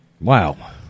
Wow